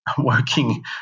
working